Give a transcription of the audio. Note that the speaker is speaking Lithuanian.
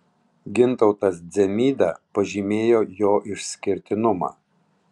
gintautas dzemyda pažymėjo jo išskirtinumą